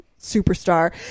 Superstar